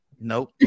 Nope